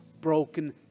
broken